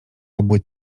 obły